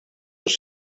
els